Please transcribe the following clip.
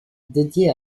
dédiée